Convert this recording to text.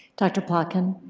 dr. panchen.